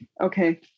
Okay